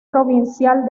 provincial